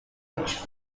which